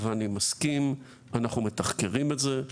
ואני מסכים, אנחנו מתחקרים את זה,